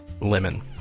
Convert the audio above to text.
lemon